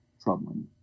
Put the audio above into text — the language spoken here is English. troubling